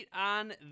on